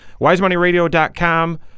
wisemoneyradio.com